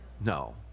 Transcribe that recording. No